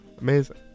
Amazing